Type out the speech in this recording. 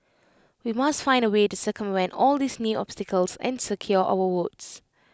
we must find A way to circumvent all these new obstacles and secure our votes